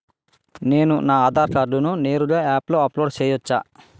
నేను నా ఆధార్ కార్డును నేరుగా యాప్ లో అప్లోడ్ సేయొచ్చా?